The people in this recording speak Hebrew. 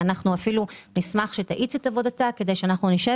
אנחנו אפילו נשמח שהיא תאיץ את עבודתה כדי שנשב